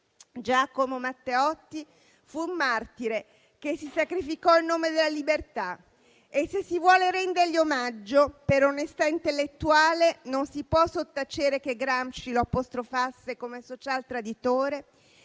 Giacomo Matteotti fu martire che si sacrificò in nome della libertà e, se si vuole rendergli omaggio, per onestà intellettuale non si può sottacere che Gramsci lo apostrofasse come social-traditore;